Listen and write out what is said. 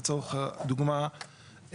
לצורך הדוגמה,